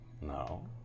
No